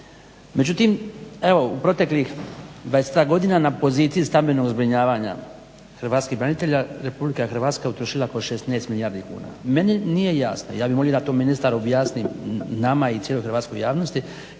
Međutim evo u proteklih … godina na poziciji stambenog zbrinjavanja hrvatskih branitelja Republika Hrvatska je utrošila oko 16 milijardi kuna. Meni nije jasno, ja bi molio da tu ministar objasni nama i cijeloj hrvatskoj javnosti,